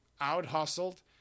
out-hustled